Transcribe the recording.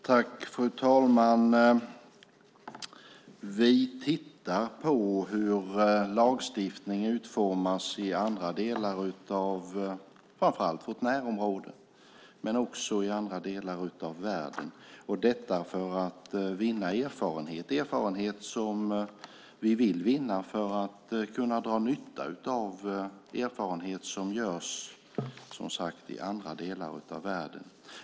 Fru talman! Vi tittar på hur lagstiftningen utformas i framför allt vårt närområde men också i andra delar av världen. Det är för att vinna erfarenheter. Vi vill dra nytta av denna erfarenhet från andra delar av världen.